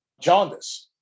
jaundice